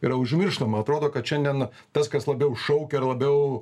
yra užmirštama atrodo kad šiandien tas kas labiau šaukia ir labiau